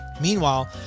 meanwhile